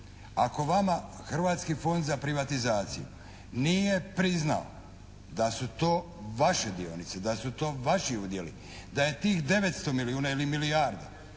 Ako vama Hrvatski fond za privatizaciju nije priznao da su to vaše dionice, da su to vaši udjeli, da je tih 900 milijuna ili milijardu,